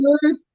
good